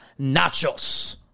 Nachos